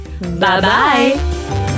bye-bye